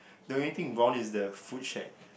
the only thing wrong is the a food shack